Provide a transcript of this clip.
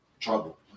trouble